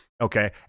okay